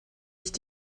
nicht